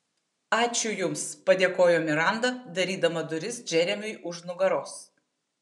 ačiū jums padėkojo miranda darydama duris džeremiui už nugaros